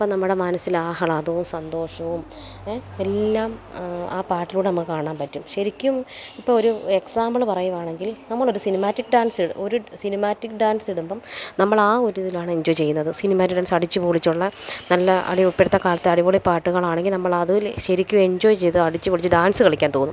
അപ്പം നമ്മുടെ മനസിൽ ആഹ്ളാദവും സന്തോഷവും എ എല്ലാം ആ പാട്ടിലൂടെ നമുക്ക് കാണാൻ പറ്റും ശരിക്കും ഇപ്പൊരു എക്സാമ്പിള് പറയുവാണെങ്കിൽ നമ്മളൊരു സിനിമാറ്റിക് ഡാൻസിടു ഒരു സിനിമാറ്റിക് ഡാൻസിടുമ്പം നമ്മളാവൊരുതിലാണെഞ്ചോയ് ചെയ്യുന്നത് സിനിമാറ്റിക് ഡാൻസടിച്ചുപൊളിച്ചുള്ള നല്ല അടി ഇപ്പോഴത്തെ കാലത്തെ അടിപൊളി പാട്ടുകളാണെങ്കിൽ നമ്മളാതൂലെ ശരിക്കുവെഞ്ചോയ് ചെയ്ത് അടിച്ച് പൊളിച്ച് ഡാൻസ്സ് കളിയ്ക്കാൻ തോന്നും